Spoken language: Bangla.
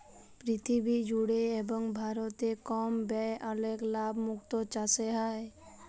পীরথিবী জুড়ে এবং ভারতে কম ব্যয়ে অলেক লাভ মুক্ত চাসে হ্যয়ে